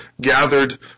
gathered